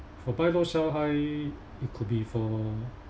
for buy low sell high it could be for